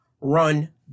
run